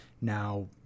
now